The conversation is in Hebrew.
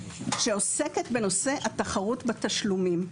שעוסקת בנושא התחרות בתשלומים.